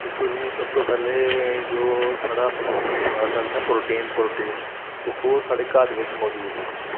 दिक्खो जी सबतूं पैह्लें जो साढ़ा अस आखने आं प्रोटीन प्रोटीन ते ओह् साढ़े घर बिच मजूद ऐ